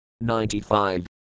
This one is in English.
Ninety-Five